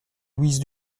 louise